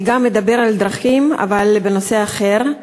גם אני אדבר על דרכים, אבל בנושא אחר.